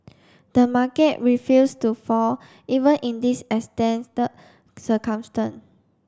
the market refuse to fall even in these extended circumstance